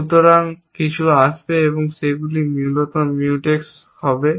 সুতরাং কিছু আসবে এবং সেগুলি মূলত Mutex হবে